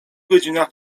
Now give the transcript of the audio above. godzinach